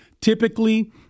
Typically